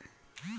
भरता येईन का?